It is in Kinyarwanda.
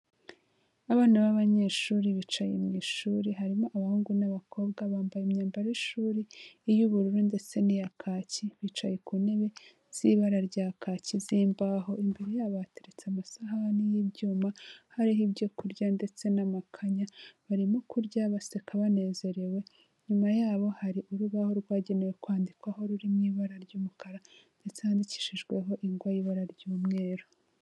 Abana b'abanyeshuri bicaye mu ishuri harimo abahungu n'abakobwa bambaye imyambaro y'ishuri iy'ubururu ndetse n'iya kaki, bicaye ku ntebe z'ibara rya kaki z'imbaho. Imbere yabo hateretse amasahani y'ibyuma hariho ibyo kurya ndetse n'amakanya barimo kurya baseka banezerewe, inyuma yaho hari urubaho rwagenewe kwandikwaho ruri mu ibara ry'umukara ndetse handikishijweho ingwa y'ibara ry'umweru.